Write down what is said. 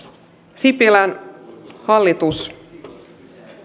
sipilän hallitus